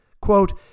Quote